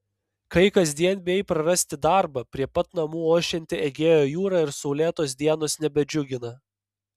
kai kasdien bijai prarasti darbą prie pat namų ošianti egėjo jūra ir saulėtos dienos nebedžiugina